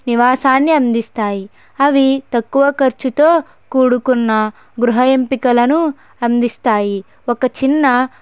నివాసాన్నిఅందిస్తాయి అవి తక్కువ ఖర్చుతో కూడుకున్న గృహ ఎంపికలను అందిస్తాయి ఒక చిన్న